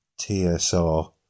TSR